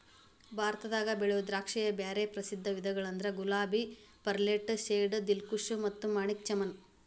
ಭಾರತದಾಗ ಬೆಳಿಯೋ ದ್ರಾಕ್ಷಿಯ ಬ್ಯಾರೆ ಪ್ರಸಿದ್ಧ ವಿಧಗಳಂದ್ರ ಗುಲಾಬಿ, ಪರ್ಲೆಟ್, ಶೇರ್ಡ್, ದಿಲ್ಖುಷ್ ಮತ್ತ ಮಾಣಿಕ್ ಚಮನ್